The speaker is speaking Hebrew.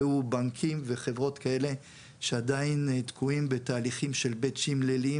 ראו בנקים וחברות כאלה שעדיין תקועים בתהליכים של בטצ'ים ליליים